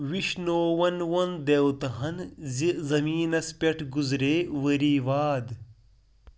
وِشنووَن ووٚن دیوتاہن زِ زٔمیٖنَس پٮ۪ٹھ گُزرے ؤری واد